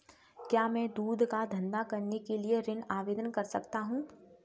क्या मैं दूध का धंधा करने के लिए ऋण आवेदन कर सकता हूँ?